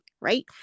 right